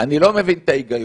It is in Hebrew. אני לא מבין את הגיון.